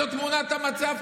זאת תמונת המצב,